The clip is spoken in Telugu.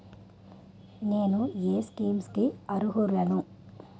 నేను ఏ స్కీమ్స్ కి అరుహులను?